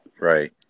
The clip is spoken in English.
Right